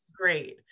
great